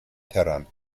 tehran